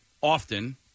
often